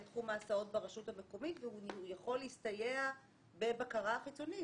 תחום ההסעות ברשות המקומית והוא יכול להסתייע בבקרה חיצונית.